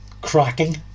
cracking